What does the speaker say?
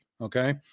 Okay